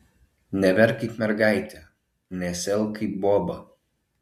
neverk kaip mergaitė nesielk kaip boba